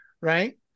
right